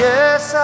Yes